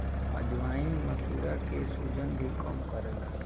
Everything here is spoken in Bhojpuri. अजवाईन मसूड़ा के सुजन भी कम करेला